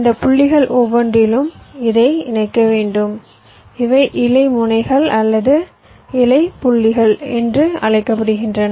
இந்த புள்ளிகள் ஒவ்வொன்றிலும் இதை இணைக்க வேண்டும் இவை இலை முனைகள் அல்லது இலை புள்ளிகள் என்று அழைக்கப்படுகின்றன